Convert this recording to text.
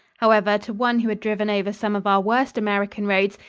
however, to one who had driven over some of our worst american roads,